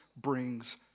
brings